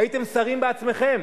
הייתם שרים בעצמכם.